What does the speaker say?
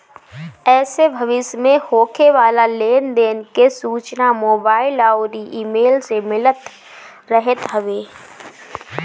एसे भविष्य में होखे वाला लेन देन के सूचना मोबाईल अउरी इमेल से मिलत रहत हवे